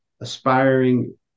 aspiring